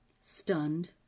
stunned